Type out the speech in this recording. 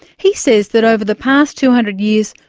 he says that over the past two hundred years,